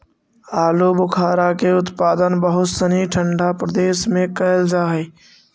आलूबुखारा के उत्पादन बहुत सनी ठंडा प्रदेश में कैल जा हइ